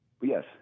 Yes